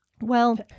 Well-